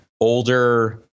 older